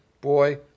Boy